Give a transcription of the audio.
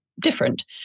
different